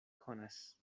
konas